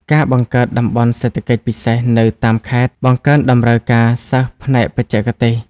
ការបង្កើតតំបន់សេដ្ឋកិច្ចពិសេសនៅតាមខេត្ត បង្កើនតម្រូវការសិស្សផ្នែកបច្ចេកទេស។